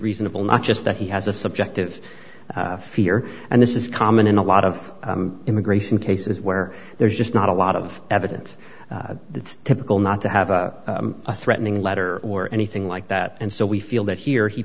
reasonable not just that he has a subjective fear and this is common in a lot of immigration cases where there's just not a lot of evidence it's typical not to have a threatening letter or anything like that and so we feel that here he